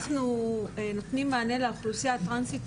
אנחנו נותנים מענה לאוכלוסייה הטרנסית,